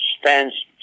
stands